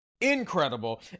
Incredible